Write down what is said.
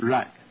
Right